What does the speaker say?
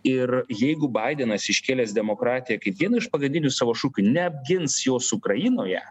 ir jeigu baidenas iškėlęs demokratiją kaip vieną iš pagrindinių savo šūkių neapgins jos ukrainoje